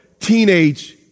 teenage